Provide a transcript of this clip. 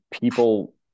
people